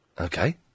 Okay